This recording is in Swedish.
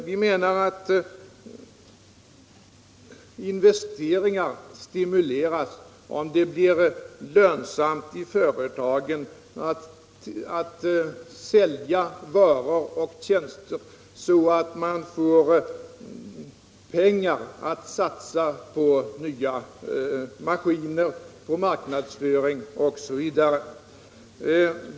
Vi menar att investeringar stimuleras om det blir mera lönsamt för företagen att sälja varor och tjänster så att de får pengar att satsa på nya maskiner, marknadsföring osv.